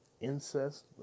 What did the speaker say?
Incest